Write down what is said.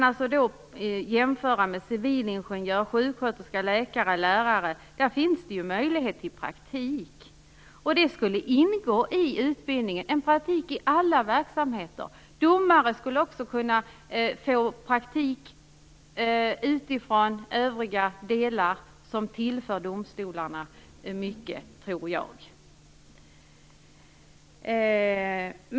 Vid en jämförelse med civilingenjörer, sjuksköterskor, läkare och lärare finner man att det för dessa finns möjligheter till praktik. Det borde ingå i utbildningen möjlighet till praktik i alla verksamheter. Också domare skulle kunna få praktik på olika områden, och jag tror att det skulle kunna tillföra domstolarna mycket.